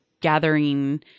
gathering